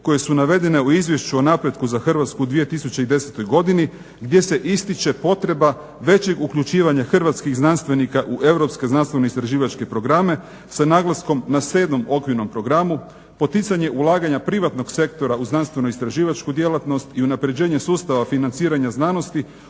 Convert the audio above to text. koje su navedene u Izvješću o napretku za Hrvatsku u 2010. godini gdje se ističe potreba većeg uključivanja hrvatskih znanstvenika u europske znanstveno-istraživačke programe sa naglaskom na 7. okvirnom programu, poticanje ulaganja privatnog sektora u znanstveno-istraživačku djelatnost i unapređenje sustava financiranja znanosti